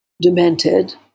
demented